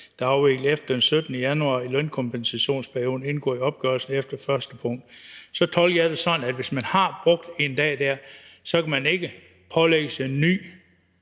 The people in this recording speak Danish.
er afviklet efter den 17. januar 2021 i lønkompensationsperioden, indgår i opgørelsen efter 1. pkt.« Så tolker jeg det sådan, at hvis man har brugt 1 dag der, kan man ikke pålægges at